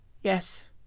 Yes